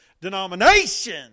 denomination